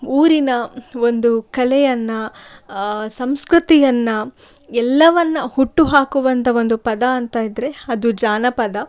ಊರಿನ ಒಂದು ಕಲೆಯನ್ನು ಸಂಸ್ಕೃತಿಯನ್ನು ಎಲ್ಲವನ್ನು ಹುಟ್ಟುಹಾಕುವಂಥ ಒಂದು ಪದ ಅಂತ ಇದ್ದರೆ ಅದು ಜಾನಪದ